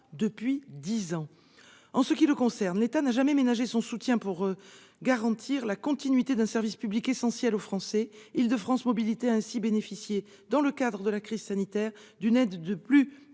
depuis dix ans. De son côté, l'État n'a jamais ménagé son soutien pour garantir la continuité d'un service public essentiel aux Français. Île-de-France Mobilités a ainsi bénéficié, dans le cadre de la crise sanitaire, d'une aide de plus